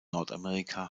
nordamerika